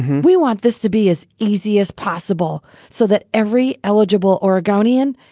we want this to be as easy as possible so that every eligible oregonian,